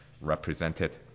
represented